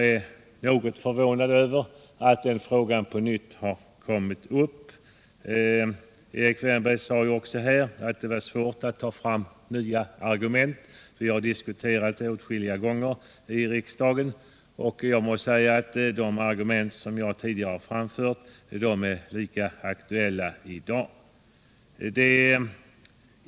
Det förvånar mig att den frågan på nytt har kommit upp. Erik Wärnberg sade också att det är svårt att ta fram nya argument. Vi har åtskilliga gånger diskuterat denna fråga i riksdagen, och de argument som jag tidigare har anfört är lika aktuella i dag.